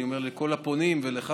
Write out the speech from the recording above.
אני אומר לכל הפונים ולך,